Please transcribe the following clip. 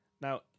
Now